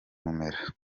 ubumera